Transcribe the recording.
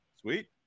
Sweet